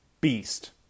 beast